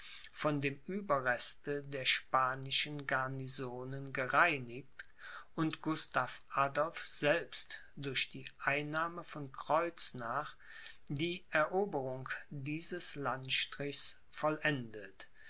von dem ueberreste der spanischen garnisonen gereinigt und gustav adolph selbst durch die einnahme von kreuznach die eroberung dieses landstrichs vollendet